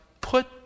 put